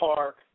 Park